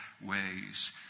ways